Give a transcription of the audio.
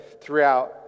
throughout